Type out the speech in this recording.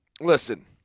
listen